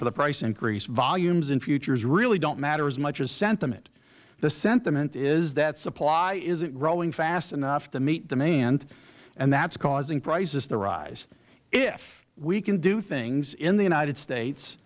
for the price increase volumes in futures really don't matter as much as sentiment the sentiment is that supply isn't growing fast enough to meet demand and that is causing prices to rise if we can do things in the united states